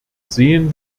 sehen